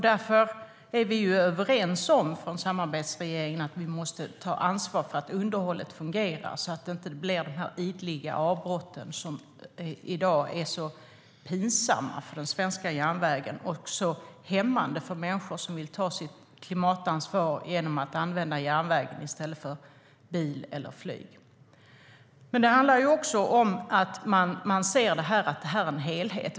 Därför är samarbetsregeringen överens om att man måste ta ansvar för att underhållet fungerar, så att det inte blir de ideliga avbrotten som i dag är så pinsamma för den svenska järnvägen och så hämmande för människor som vill ta sitt klimatansvar genom att använda järnvägen i stället för bil eller flyg. Det handlar också om att se det här som en helhet.